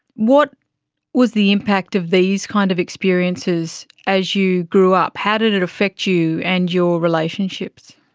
what was the impact of these kind of experiences as you grew up? how did it affect you and your relationships?